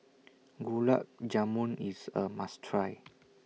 Gulab Jamun IS A must Try